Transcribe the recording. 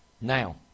Now